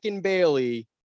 Bailey